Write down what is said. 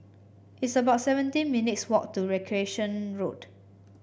it's about seventeen minutes' walk to Recreation Road